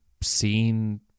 seen